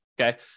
Okay